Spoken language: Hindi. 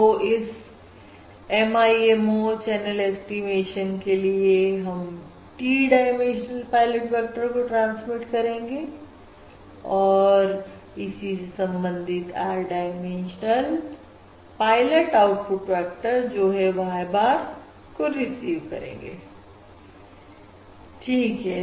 तो इस MIMO चैनल ऐस्टीमेशन के लिए हम T डायमेंशनल पायलट वेक्टर को ट्रांसमिट करेंगे और इसी से संबंधित R dimensional pilot output vector जो है Y bar को रिसीव करेंगे ठीक है